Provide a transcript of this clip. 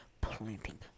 planting